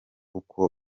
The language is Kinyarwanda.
uko